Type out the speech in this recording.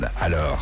Alors